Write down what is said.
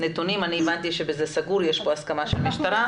אני הבנתי שזה סגור ויש כאן הסכמה של המשטרה.